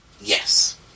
Yes